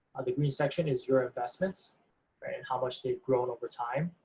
the green section is your investments, and how much they've grown over time,